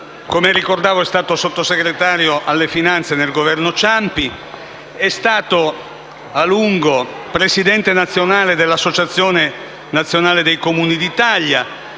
Triglia è stato Sottosegretario alle finanze nel Governo Ciampi, è stato a lungo presidente nazionale dell'Associazione nazionale dei Comuni d'Italia,